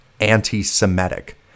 anti-Semitic